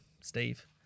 steve